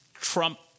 Trump